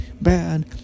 bad